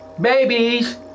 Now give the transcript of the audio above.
Babies